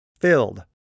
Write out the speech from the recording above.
filled